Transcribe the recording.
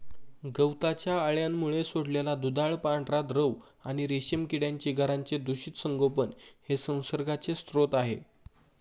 गवताच्या अळ्यांमुळे सोडलेला दुधाळ पांढरा द्रव आणि रेशीम किड्यांची घरांचे दूषित संगोपन हे संसर्गाचे स्रोत आहे